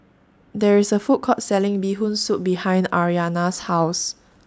There IS A Food Court Selling Bee Hoon Soup behind Aryana's House